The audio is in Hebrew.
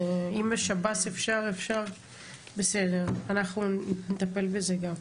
אז אם בשב"ס אפשר, בסדר, אנחנו נטפל בזה גם.